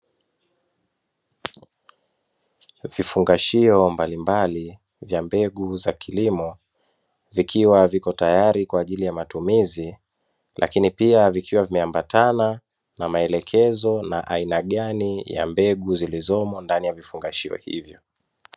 Vifungashio mbalimbali vya mbegu za kilimo vikiwa viko tayari kwa ajili ya matumizi, lakini pia vikiwa vimeambatana na maelekezo na aina gani ya mbegu zilizomo ndani ya vifungashio hivyo.